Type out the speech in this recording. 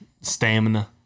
Stamina